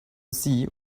see